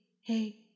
hey